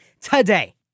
today